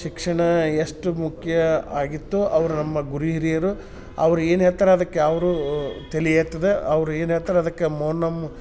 ಶಿಕ್ಷಣ ಎಷ್ಟು ಮುಖ್ಯ ಆಗಿತ್ತೋ ಅವ್ರು ನಮ್ಮ ಗುರುಹಿರಿಯರು ಅವ್ರು ಏನು ಹೇಳ್ತಾರೋ ಅದಕ್ಕೆ ಅವರೂ ತಲೆ ಎತ್ತದೆ ಅವ್ರು ಏನು ಹೇಳ್ತಾರೋ ಅದಕ್ಕೆ ಮೌನಂ